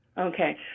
Okay